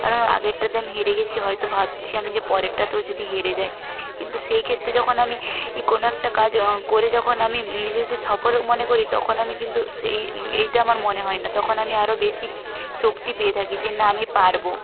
কারণ আগেরটাতে আমি হেরে গেছি হয়তো ভাবছি আমি যে পরেরটাতেও যদি হেরে যাই কিন্তু সেই ক্ষেত্রে যখন আমি ই কোনো একটা কাজ করে যখন আমি নিজেকে সফল মনে করি তখন আমি কিন্তু সেই এইটা আমার মনে হয় না তখন আমি আরও বেশি শক্তি পেয়ে থাকি যে না আমি পারবো